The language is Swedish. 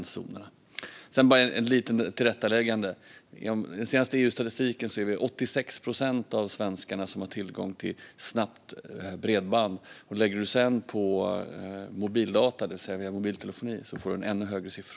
Sedan vill jag göra ett litet tillrättaläggande. Enligt den senaste EU-statistiken har 86 procent av svenskarna tillgång till snabbt bredband. Om man sedan lägger på mobildata, det vill säga via mobiltelefoni, får man en ännu högre siffra.